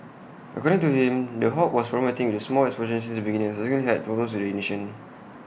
according to him the hob was problematic with small explosions since the beginning and subsequently had problems with the ignition